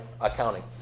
accounting